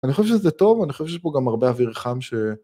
אני חושב שזה טוב, אני חושב שיש פה גם הרבה אוויר חם ש...